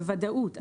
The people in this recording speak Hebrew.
בוודאות.